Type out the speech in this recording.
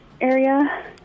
area